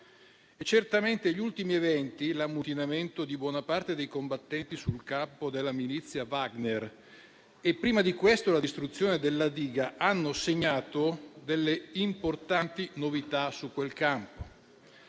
Certamente, gli ultimi eventi, l'ammutinamento di buona parte dei combattenti sul campo della milizia Wagner e prima di questo la distruzione della diga hanno segnato delle importanti novità su quel campo.